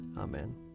Amen